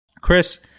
Chris